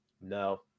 No